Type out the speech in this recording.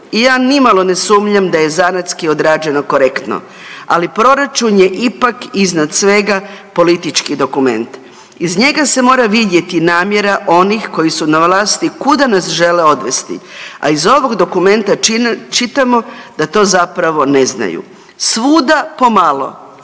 i ja nimalo ne sumnjam da je zanatski određeno korektno, ali proračun je ipak iznad svega politički dokument. Iz njega se mora vidjeti namjera onih koji su na vlasti kuda nas žele odvesti, a iz ovog dokumenta čitamo da to zapravo ne znaju. Svuda pomalo,